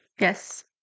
yes